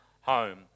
home